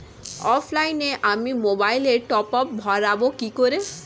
অফলাইনে আমি মোবাইলে টপআপ ভরাবো কি করে?